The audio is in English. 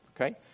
okay